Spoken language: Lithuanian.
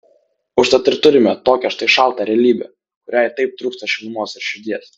užtat ir turime tokią štai šaltą realybę kuriai taip trūksta šilumos ir širdies